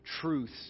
truths